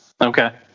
Okay